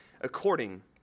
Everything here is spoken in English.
according